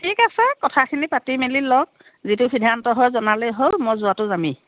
ঠিক আছে কথাখিনি পাতি মেলি লওক যিটো সিদ্ধান্ত হয় জনালেই হ'ল মই যোৱাটো যামেই